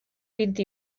vint